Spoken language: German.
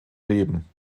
leben